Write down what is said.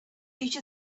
each